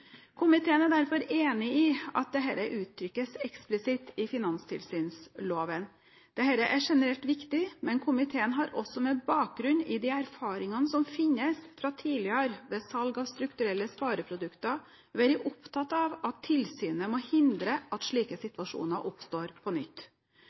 Komiteen er derfor enig i at dette uttrykkes eksplisitt i finanstilsynsloven. Dette er generelt viktig, men komiteen har også, med bakgrunn i de erfaringene som finnes fra tidligere med salg av strukturelle spareprodukter, vært opptatt av at tilsynet må hindre at slike